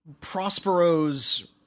Prospero's